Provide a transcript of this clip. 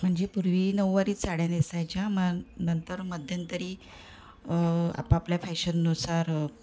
म्हणजे पूर्वी नऊवारी साड्या नेसायच्या मग नंतर मध्यंतरी आपापल्या फॅशननुसार